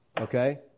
okay